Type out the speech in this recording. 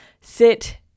sit